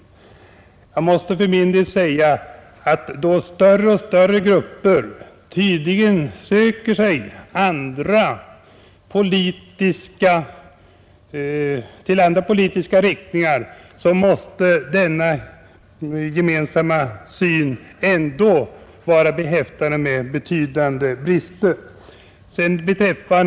Jag måste för min del säga att då större och större grupper tydligen söker sig till andra politiska riktningar, måste denna gemensamma syn ändå vara behäftad med betydande brister.